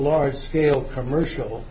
large scale commercial